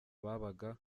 babaga